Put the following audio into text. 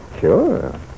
Sure